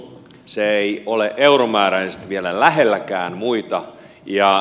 se ei ole euromääräisesti vielä lähelläkään muita